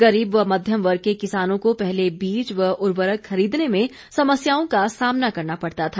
गरीब व मध्यम वर्ग के किसानों को पहले बीज व उर्वरक खरीदने में समस्याओं का सामना करना पड़ता था